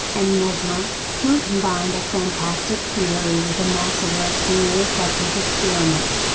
and mesmer, who combined a fantastic theory with a mass of arrestingly effective experiments,